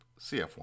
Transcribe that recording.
CF1